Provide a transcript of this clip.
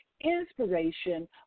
inspiration